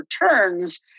returns